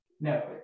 No